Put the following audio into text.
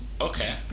Okay